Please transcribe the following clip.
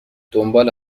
دنبال